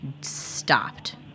stopped